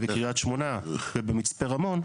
ובקרית שמונה ובמצפה רמון,